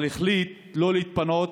אבל החליט לא להתפנות